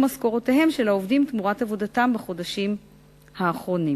משכורותיהם של העובדים תמורת עבודתם בחודשים האחרונים.